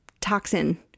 toxin